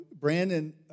Brandon